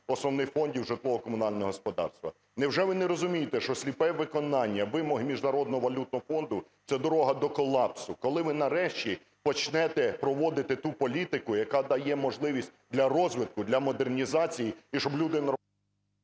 основних фондів житлово-комунального господарства. Невже ви не розумієте, що сліпе виконання вимог Міжнародного валютного фонду – це дорога до колапсу? Коли ви нарешті почнете проводити ту політику, яка дає можливість для розвитку, для модернізації і щоб люди… ГОЛОВУЮЧИЙ.